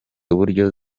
uburyo